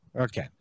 okay